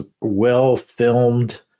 well-filmed